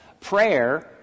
prayer